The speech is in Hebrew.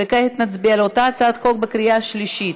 וכעת נצביע על אותה הצעת חוק בקריאה שלישית.